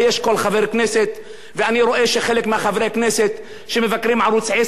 ואני רואה שחלק מחברי הכנסת שמבקרים את ערוץ-10 מדברים בשני קולות,